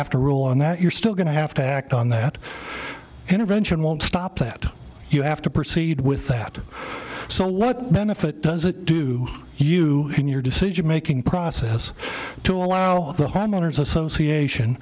have to rule on that you're still going to have to act on that intervention won't stop that you have to proceed with that so what benefit does it do you in your decision making process to allow the homeowners association